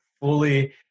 fully